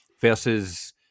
versus